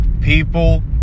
People